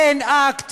אין אקט